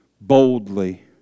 boldly